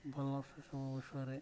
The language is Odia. ଭଲ ସେ ସବୁ ବିଷୟରେ